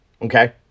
Okay